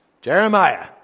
Jeremiah